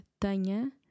Tenha